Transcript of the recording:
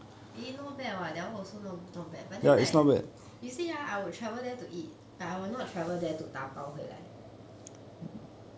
eh not bad [what] then one also not not bad but then like you see ah I will travel there to eat but I will not travel there to 打包回来